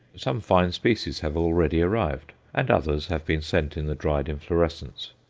some fine species have already arrived, and others have been sent in the dried inflorescence.